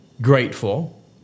grateful